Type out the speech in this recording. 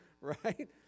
right